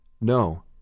No